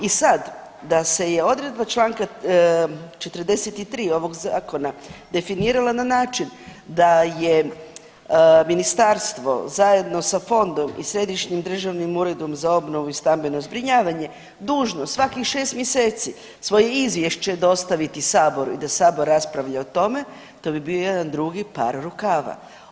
I sad da se je odredba čl. 43. ovog zakona definirala na način da je ministarstvo zajedno sa fondom i Središnjim državnim uredom za obnovu i stambeno zbrinjavanje dužno svakih 6 mjeseci svoje izvješće dostaviti saboru i da sabor raspravlja o tome to bi bio jedan drugi par rukava.